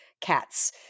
Cats